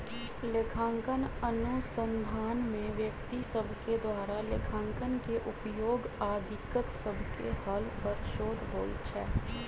लेखांकन अनुसंधान में व्यक्ति सभके द्वारा लेखांकन के उपयोग आऽ दिक्कत सभके हल पर शोध होइ छै